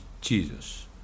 Jesus